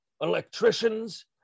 electricians